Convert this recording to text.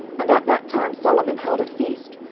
and at that time solomon held a feast,